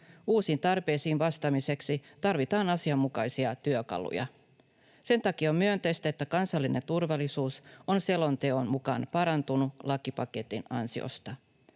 Uusiin tarpeisiin vastaamiseksi tarvitaan asianmukaisia työkaluja. Sen takia on myönteistä, että kansallinen turvallisuus on selonteon mukaan parantunut lakipaketin ansiosta.